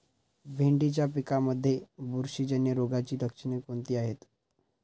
भेंडीच्या पिकांमध्ये बुरशीजन्य रोगाची लक्षणे कोणती आहेत?